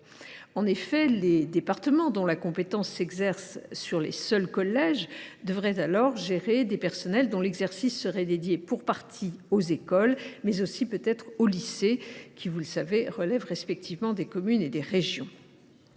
En effet, les départements, dont la compétence s’exerce sur les seuls collèges, devraient alors gérer des personnels dont l’exercice serait dédié pour partie aux écoles, mais aussi pour partie aux lycées, qui relèvent respectivement, comme vous